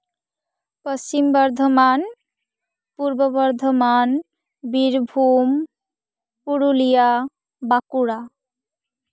Paschim Bardhaman Purba Bardhaman Birbhum Purulia Bankura